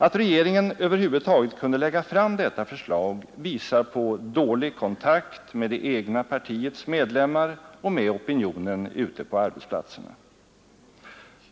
Att regeringen över huvud taget kunde lägga fram detta förslag visar på dålig kontakt med det egna partiets medlemmar och med opinionen ute på arbetsplatserna.